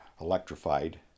electrified